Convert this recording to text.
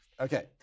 Okay